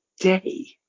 day